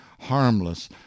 harmless